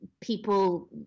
people